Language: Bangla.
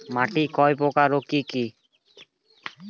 মাটি কয় প্রকার ও কি কি?